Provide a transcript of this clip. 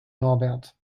norbert